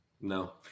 no